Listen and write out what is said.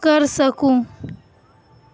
کر سکوں